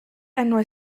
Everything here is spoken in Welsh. enwau